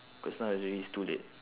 cause now it's already it's too late